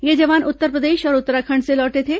ये जवान उत्तरप्रदेश और उत्तराखंड से लौटे थे